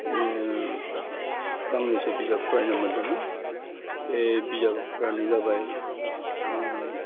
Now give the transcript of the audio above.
ओह गांनैसो बिजाब फरायनो मोन्दोंमोन बे बिजाबफोरानो जाबाय ओम